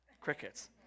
crickets